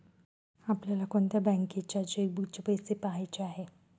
आपल्याला कोणत्या बँकेच्या चेकबुकचे पैसे पहायचे आहे?